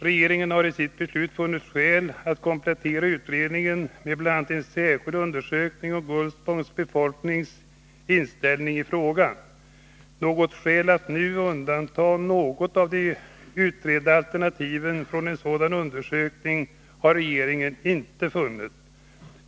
Regeringen har i sitt beslut funnit skäl att komplettera utredningen med bl.a. en särskild undersökning om Gullspångs befolknings inställning i frågan. Något skäl att nu undanta något av de utredda alternativen från en sådan undersökning har regeringen inte funnit.